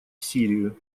сирию